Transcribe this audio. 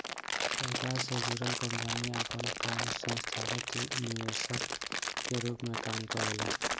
सरकार से जुड़ल कंपनी आपन काम संस्थागत निवेशक के रूप में काम करेला